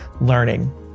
learning